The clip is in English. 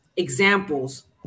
examples